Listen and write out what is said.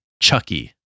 Chucky